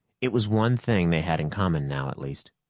it was one thing they had in common now, at least.